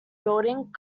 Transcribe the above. building